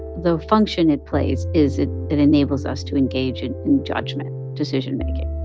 the function it plays is it it enables us to engage in in judgment, decision-making.